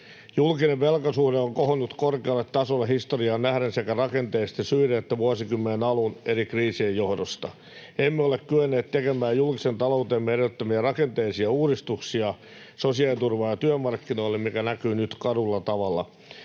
Julkinen velkasuhde on kohonnut korkealle tasolle historiaan nähden sekä rakenteellisten syiden että vuosikymmenen alun eri kriisien johdosta. Emme ole kyenneet tekemään julkisen taloutemme edellyttämiä rakenteellisia uudistuksia sosiaaliturvaan ja työmarkkinoille, mikä näkyy nyt karulla tavalla.